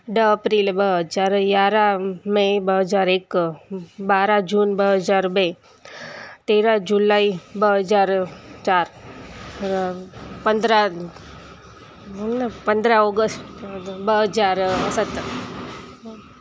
ॾह अप्रेल ॿ हज़ार यारहं मई ॿ हज़ार हिकु ॿारहं जून ॿ हज़ार ॿिए तेरहं जुलाई ॿ हज़ार चारि पंद्रहं पंद्रहं ओगस्त ॿ हज़ार सत